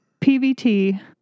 PVT